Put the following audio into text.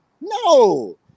No